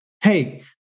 hey